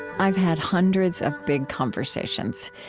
i've had hundreds of big conversations,